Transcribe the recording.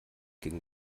gegen